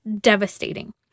devastating